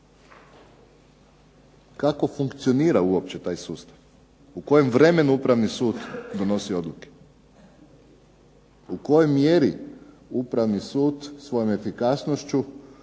Kako funkcionira uopće taj sustav, u kojem vremenu Upravni sud donosi odluke? U kojoj mjeri Upravni sud svojom efikasnošću